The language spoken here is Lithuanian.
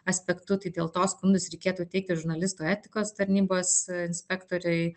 aspektu tai dėl to skundus reikėtų teikti žurnalistų etikos tarnybos inspektoriui